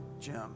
Jim